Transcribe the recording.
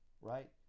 right